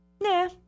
Nah